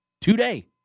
today